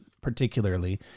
particularly